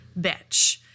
bitch